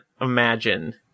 imagine